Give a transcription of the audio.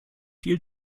viel